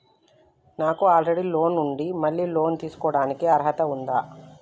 నాకు already loan ఉండి మళ్ళీ లోన్ తీసుకోవడానికి అర్హత ఉందా?